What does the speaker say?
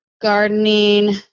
gardening